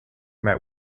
met